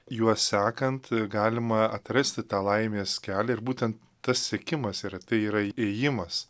juo sekant e galima atrasti tą laimės kelią ir būtent tas sekimas yra tai yra ėjimas